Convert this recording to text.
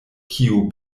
kiu